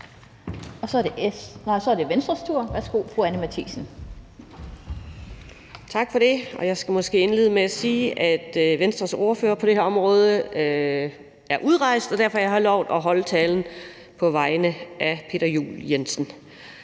Anni Matthiesen. Kl. 15:25 (Ordfører) Anni Matthiesen (V): Tak for det. Jeg skal måske indlede med at sige, at Venstres ordfører på det her område er udrejst, og derfor har jeg lovet at holde talen på vegne af Peter Juel-Jensen.